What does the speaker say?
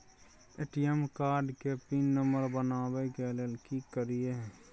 ATM card के pin number बनाबै के लेल की करिए?